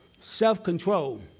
self-control